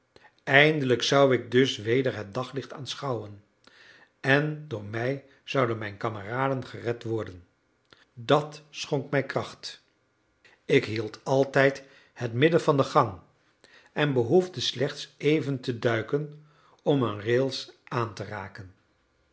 eindelijk zou ik dus weder het daglicht aanschouwen en door mij zouden mijn kameraden gered worden dat schonk mij kracht ik hield altijd het midden van de gang en behoefde slechts even te duiken om een rail aan te raken